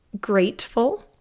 grateful